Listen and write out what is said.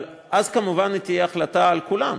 אבל אז כמובן תהיה החלטה על כולם,